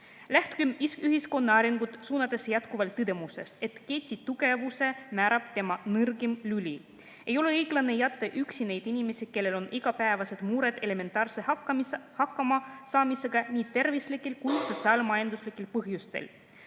ühiskonna arengut suunates jätkuvalt tõdemusest, et keti tugevuse määrab tema nõrgim lüli. Ei ole õiglane jätta üksi neid inimesi, kellel on igapäevased mured elementaarse hakkamasaamisega nii tervislikel kui ka sotsiaal-majanduslikel põhjustel.